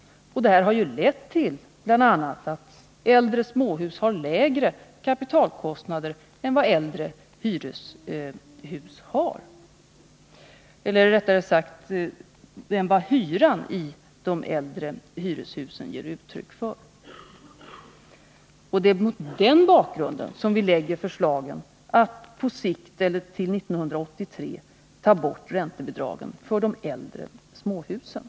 Detta har ju bl.a. lett till att äldre småhus har lägre kapitalkostnader än vad äldre hyreshus har, eller rättare sagt än vad hyran i de äldre hyreshusen ger uttryck för. Det är mot den bakgrunden som regeringen lägger fram förslaget att på sikt eller till 1983 ta bort räntebidragen för de äldre småhusen.